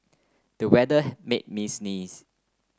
the weather made me sneeze